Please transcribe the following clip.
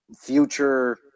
future